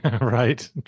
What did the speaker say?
Right